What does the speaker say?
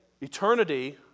eternity